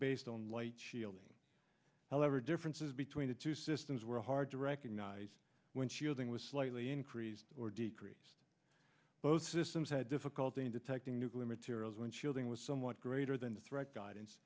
based on light shielding however differences between the two systems were hard to recognize when shielding was slightly increased or decreased both systems had difficulty in detecting nuclear materials when shielding was somewhat greater than the threat guidance